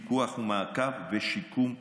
פיקוח ומעקב ושיקום מונע.